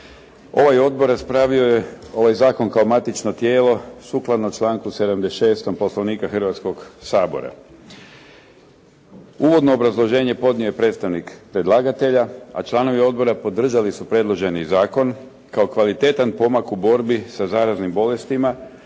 Ovaj odbor raspravio je ovaj zakon kao matično tijelo sukladno članku 76. Poslovnika Hrvatskog sabora. Uvodno obrazloženje podnio je predstavnik predlagatelja, a članovi Odbora podržali su predloženi zakon kao kvalitetan pomak u borbi sa zaraznim bolestima,